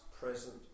Present